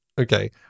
Okay